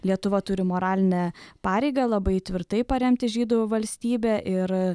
lietuva turi moralinę pareigą labai tvirtai paremti žydų valstybę ir